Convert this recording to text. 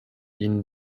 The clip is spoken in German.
ihnen